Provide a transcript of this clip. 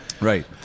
Right